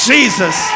Jesus